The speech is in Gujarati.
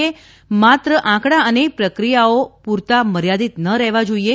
એ માત્ર આંકડા અને પ્રક્રિયાઓ પૂરતા મર્યાદિત રહેવા ન જોઈએ